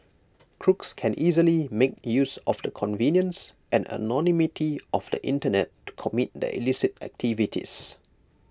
crooks can easily make use of the convenience and anonymity of the Internet to commit their illicit activities